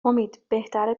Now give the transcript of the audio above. امید، بهتره